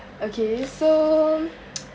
okay so